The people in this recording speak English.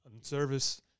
service